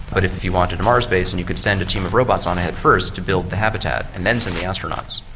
but if if you wanted a mars base and you could send a team of robots on ahead first to build the habitat and then send the astronauts,